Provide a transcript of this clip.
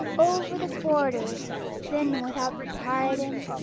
over the borders, a sin without pardon,